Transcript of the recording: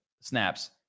snaps